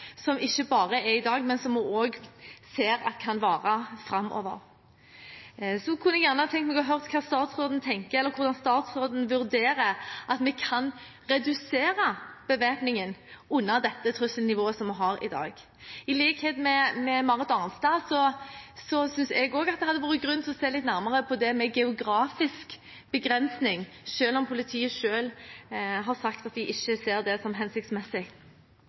som ikke bare er i dag, men som vi også ser kan vare framover. Så kunne jeg gjerne tenke meg å høre statsrådens tanker om og vurderinger av hvordan vi kan redusere bevæpningen under det trusselnivået som vi har i dag. I likhet med Marit Arnstad synes også jeg at det hadde vært grunn til å se litt nærmere på det med geografisk begrensning, selv om politiet selv har sagt at de ikke ser det som hensiktsmessig.